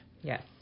Yes